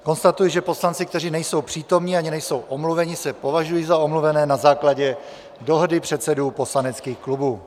Konstatuji, že poslanci, kteří nejsou přítomni a ani nejsou omluveni, se považují za omluvené na základě dohody předsedů poslaneckých klubů.